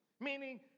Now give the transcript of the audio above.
Meaning